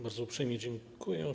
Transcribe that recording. Bardzo uprzejmie dziękuję.